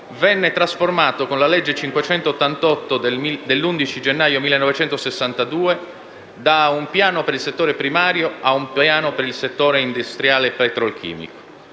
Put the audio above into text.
venne trasformato, con la legge n. 588 dell'11 gennaio 1962, da un piano per il settore primario a un piano per il settore industriale petrolchimico.